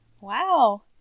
wow